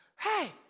Hey